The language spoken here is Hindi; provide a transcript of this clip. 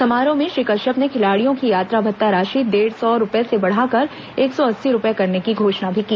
समारोह में श्री कश्यप ने खिलाड़ियों की यात्रा भत्ता राशि डेढ़ सौ रूपए से बढ़ाकर एक सौ अस्सी रूपए करने की घोषणा भी की